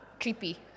creepy